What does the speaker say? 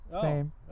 fame